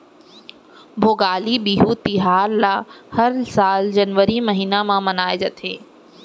भोगाली बिहू तिहार ल हर साल जनवरी महिना म मनाए जाथे